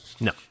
No